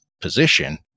position